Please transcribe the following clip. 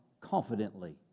confidently